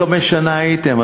אתם 25 שנה הייתם,